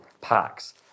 packs